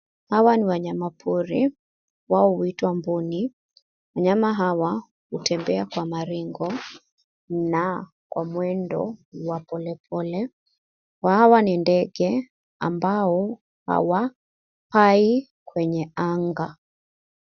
Hawa ni wanyamapori. Hawa huitwa mbuni. Wanyama hawa hutembea kwa maringo na kwa mwendo wa polepole. Hawa ni ndege ambao hawapai kwenye anga.